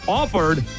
offered